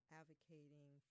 advocating